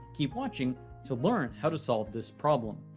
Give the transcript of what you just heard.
keep watching to learn how to solve this problem.